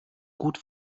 gut